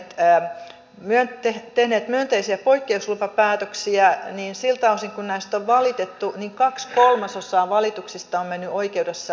kun kunnat ovat tehneet myönteisiä poikkeuslupapäätöksiä niin siltä osin kuin näistä on valitettu kaksi kolmasosaa valituksista on mennyt oikeudessa läpi